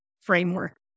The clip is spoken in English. framework